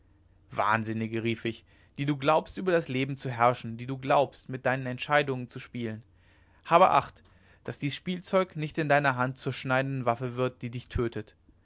wahnsinnige rief ich die du glaubst über das leben zu herrschen die du glaubst mit seinen erscheinungen zu spielen habe acht daß dies spielzeug nicht in deiner hand zur schneidenden waffe wird die dich tötet